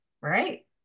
right